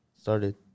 started